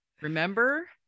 Remember